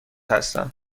هستم